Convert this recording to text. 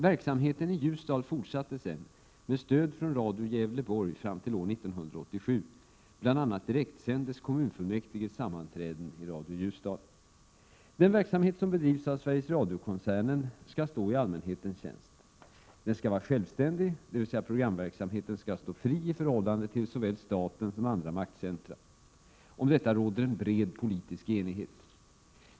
Verksamheten i Ljusdal fortsatte sedan med stöd från Radio Gävleborg fram till år 1987. Bl. a. direktsändes kommunfullmäktiges sammanträden i Radio Ljusdal. Den verksamhet som bedrivs av Sveriges Radio-koncernen skall stå i allmänhetens tjänst. Den skall vara självständig, dvs. programverksamheten skall stå fri i förhållande till såväl staten som andra maktcentra. Om detta råder en bred politisk enighet.